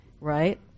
right